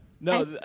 No